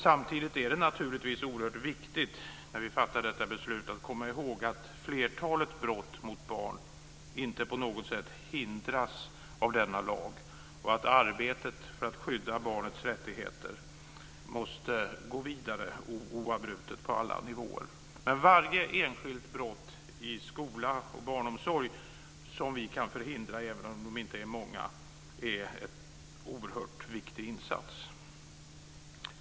Samtidigt är det naturligtvis oerhört viktigt när vi fattar detta beslut att komma ihåg att flertalet brott mot barn inte på något sätt hindras av denna lag och att arbetet för att skydda barnets rättigheter oavbrutet måste gå vidare på alla nivåer. Men varje enskilt brott i skola och barnomsorg som vi kan förhindra, även om de inte är många, är en oerhört viktig insats.